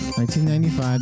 1995